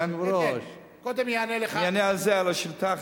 אני אענה קודם על השאילתא.